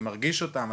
אני מרגיש אותם,